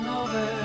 over